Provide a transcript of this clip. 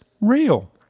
real